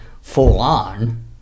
full-on